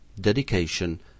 Dedication